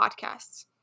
podcasts